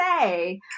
say